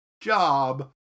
job